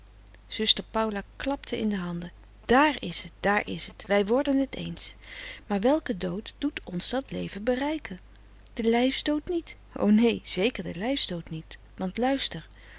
zuster paula klapte in de handen daar is t daar is t wij worden het eens maar welke dood doet ons dat leven bereiken de lijfs dood niet o neen zeker de lijfsdood niet want luister